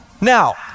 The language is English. Now